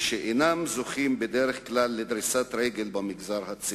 ואשר אינם זוכים בדרך כלל לדריסת רגל במגזר הציבורי.